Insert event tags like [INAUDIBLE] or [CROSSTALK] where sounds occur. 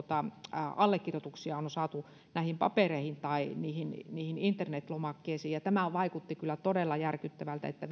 allekirjoituksiaan olisi saatu näihin papereihin tai niihin internetlomakkeisiin tämä vaikutti kyllä todella järkyttävältä että [UNINTELLIGIBLE]